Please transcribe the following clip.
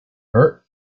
hurt